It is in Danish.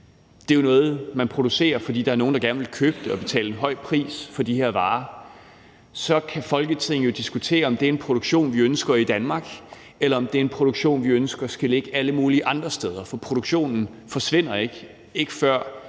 Det er noget, man producerer, fordi der er nogle, der gerne vil købe det og betale en høj pris for de her varer. Så kan Folketinget jo diskutere, om det er en produktion, vi ønsker i Danmark, eller om det er en produktion, vi ønsker skal ligge alle mulige andre steder. For produktionen forsvinder ikke – ikke før